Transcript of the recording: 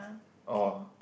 orh